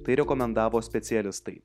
tai rekomendavo specialistai